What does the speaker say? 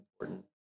important